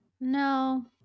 No